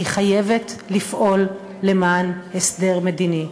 שהיא צריכה לפעול למען הסדר מדיני.